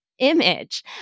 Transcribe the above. image